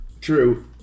True